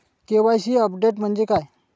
KYC update म्हणजे काय?